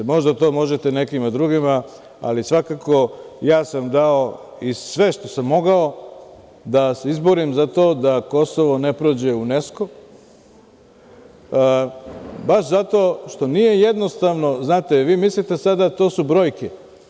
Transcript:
Možda to možete nekima drugima, ali svakako ja sam dao i sve što sam mogao da se izborim za to da Kosovo ne prođe u UNESKU, baš zato što nije jednostavno, znate, vi mislite to su brojke.